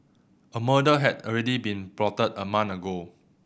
a murder had already been plotted a month ago